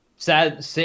Sad